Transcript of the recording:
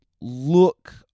look